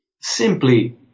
simply